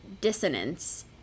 dissonance